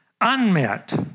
unmet